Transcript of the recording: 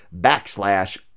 backslash